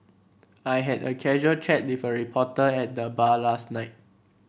I had a casual chat with a reporter at the bar last night